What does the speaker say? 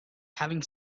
having